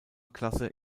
klasse